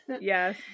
yes